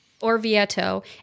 Orvieto